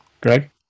Greg